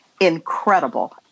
Incredible